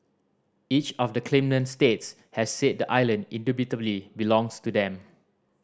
each of the claimant states has said the island indubitably belongs to them